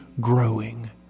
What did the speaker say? growing